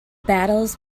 battles